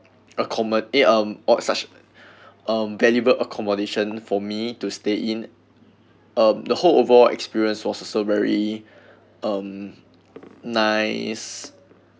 accommo~ eh um obsessi~ um valuable accommodation for me to stay in um the whole overall experience was also very um nice